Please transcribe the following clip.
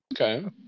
Okay